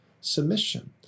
submission